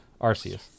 Arceus